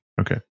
Okay